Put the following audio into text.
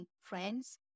friends